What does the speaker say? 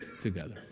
together